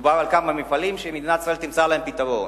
מדובר על כמה מפעלים שמדינת ישראל תמצא להם פתרון.